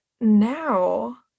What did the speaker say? now